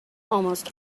almost